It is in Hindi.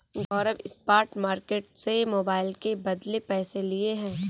गौरव स्पॉट मार्केट से मोबाइल के बदले पैसे लिए हैं